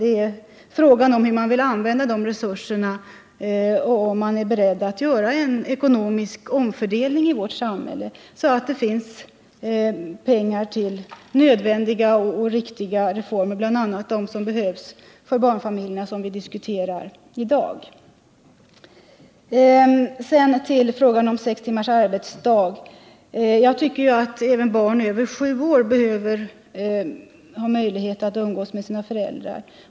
Det är bara fråga om hur man vill använda resurserna och om man är beredd att göra en omfördelning, så att det finns pengar till nödvändiga och riktiga reformer, exempelvis de reformer som behövs för att underlätta barnfamiljernas situation, vilket vi i dag diskuterar. Beträffande frågan om sex timmars arbetsdag vill jag säga att även barn över sju år behöver få umgås med sina föräldrar.